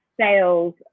sales